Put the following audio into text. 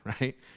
right